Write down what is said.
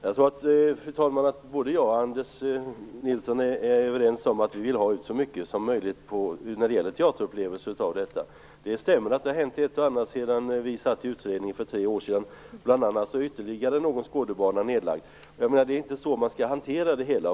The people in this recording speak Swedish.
Fru talman! Jag tror att jag och Anders Nilsson är överens om att vi vill ha ut så mycket som möjligt av teaterupplevelser ur detta. Det stämmer att det har hänt ett och annat sedan vi satt i utredningen för tre år sedan - bl.a. är ytterligare någon Skådebana nedlagd. Det är inte så här man skall hantera det hela.